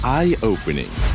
Eye-opening